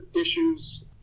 issues